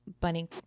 bunny